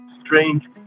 strange